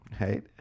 right